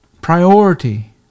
Priority